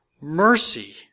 mercy